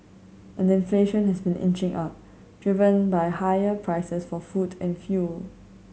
and inflation has been inching up driven by higher prices for food and fuel